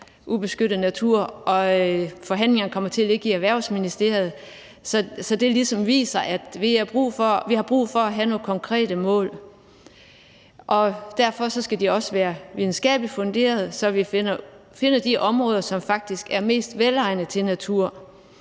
pct. urørt hav, og forhandlingerne kommer til at ligge i Erhvervsministeriet. Så det viser ligesom, at vi har brug for at have nogle konkrete mål. Derfor skal de også være videnskabeligt funderede, så vi finder de områder, som faktisk er mest velegnede til